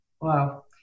Wow